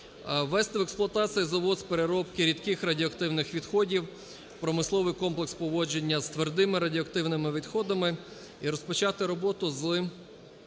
Ввести в експлуатацію завод з переробки рідких радіоактивних відходів, промисловий комплекс поводження з твердими радіоактивними відходами і розпочати роботу з